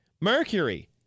mercury